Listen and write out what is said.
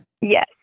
Yes